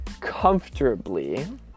comfortably